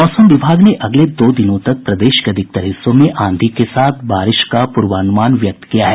मौसम विभाग ने अगले दो दिनों तक प्रदेश के अधिकांश हिस्सों में आंधी के साथ बारिश का पूर्वानुमान व्यक्त किया है